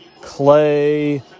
Clay